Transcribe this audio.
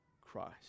Christ